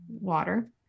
water